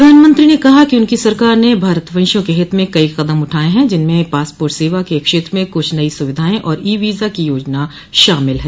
प्रधानमंत्री ने कहा कि उनकी सरकार ने भारतवंशियों के हित में कई कदम उठाये हैं जिनमें पासपोर्ट सेवा के क्षेत्र में कुछ नई सुविधाएं और ई वीजा की योजना शामिल है